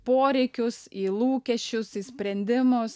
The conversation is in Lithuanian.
poreikius į lūkesčius į sprendimus